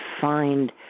find